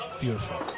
Beautiful